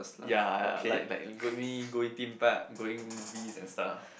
ya ya ya like like going going theme park going movie and stuff